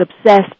obsessed